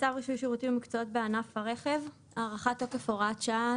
צו רישוי שירותים ומקצועות בענף הרכב (הארכת תוקף הוראת שעה),